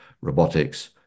robotics